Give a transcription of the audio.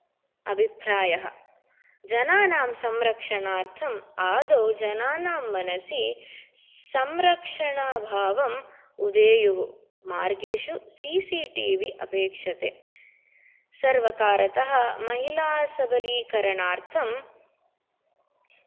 अभिप्रायः जनानां संरक्षणार्थं आदौ जनानां मनसि संरक्षणाभावं उदेयुः मार्गेषु सी सी टी वी अपेक्षते सर्वकारतः महिलासबलीकरणार्थं